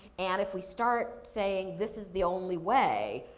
and if we start saying, this is the only way,